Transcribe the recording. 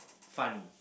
funny